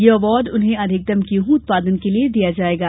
यह अवार्ड उन्हें अधिकतम गेंहूँ उत्पादन के लिये दिया जायेगा